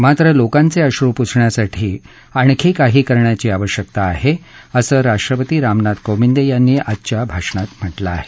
मात्र लोकांचे अश्रू पुसण्यासाठी आणखी काही करण्याची आश्यकता आहे असं राष्ट्रपती रामनाथ कोविंद यांनी आजच्या भाषणात म्हटलं आहे